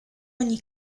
ogni